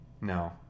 No